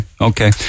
Okay